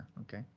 okay